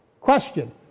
Question